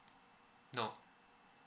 no